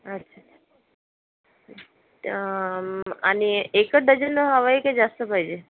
अच्छा अच्छा त्या आणि एकच डझन हवं आहे की जास्त पाहिजे